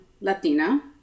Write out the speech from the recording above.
Latina